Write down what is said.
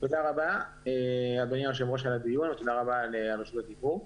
תודה רבה אדוני היושב ראש על הדיון ותודה רבה על רשות הדיבור.